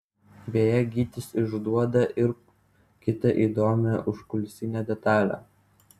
beje gytis išduoda ir kitą įdomią užkulisinę detalę